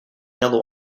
yellow